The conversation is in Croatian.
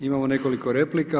Imamo nekoliko replika.